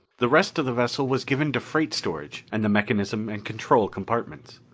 the rest of the vessel was given to freight storage and the mechanism and control compartments.